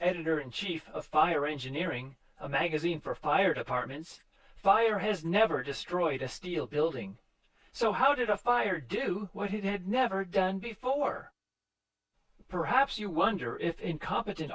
editor in chief of fire engineering a magazine for fire departments fire has never destroyed a steel building so how did a fire do what it had never done before perhaps you wonder if incompetent